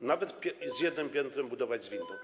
nawet z jednym piętrem, budować z windą.